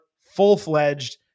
full-fledged